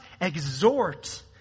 exhort